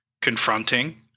confronting